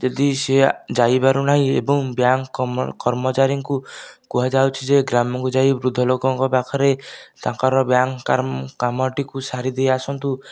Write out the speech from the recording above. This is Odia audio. ଯଦି ସେ ଯାଇପାରୁନାହିଁ ଏବଂ ବ୍ୟାଙ୍କ କର୍ମଚାରୀଙ୍କୁ କୁହାଯାଉଛି ଯେ ଗ୍ରାମ କୁ ଯାଇ ବୃଦ୍ଧ ଲୋକଙ୍କ ପାଖରେ ତାଙ୍କର ବ୍ୟାଙ୍କ କାର୍ମ କାମ ଟିକୁ ସାରିଦେଇ ଆସନ୍ତୁ